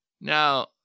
Now